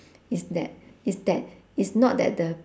is that is that is not that the